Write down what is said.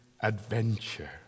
adventure